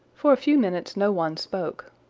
for a few minutes no one spoke.